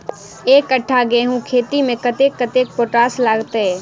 एक कट्ठा गेंहूँ खेती मे कतेक कतेक पोटाश लागतै?